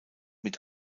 mit